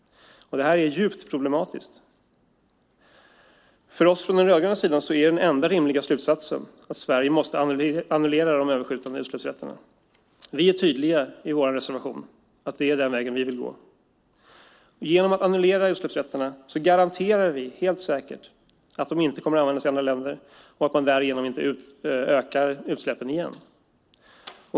Det är djupt problematiskt. För oss på den rödgröna sidan är den enda rimliga slutsatsen att Sverige måste annullera de överskjutande utsläppsrätterna. Vi är tydliga i vår reservation med att det är den väg vi vill gå. Genom att annullera utsläppsrätterna garanterar vi helt säkert att de inte kommer att användas av andra länder och att man därigenom inte ökar utsläppen igen.